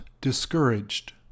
discouraged